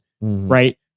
right